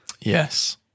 Yes